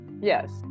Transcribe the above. yes